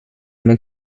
may